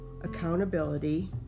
accountability